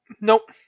nope